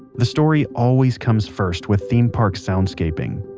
the story always comes first with theme park soundscaping.